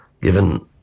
given